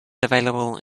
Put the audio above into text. available